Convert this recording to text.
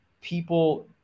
people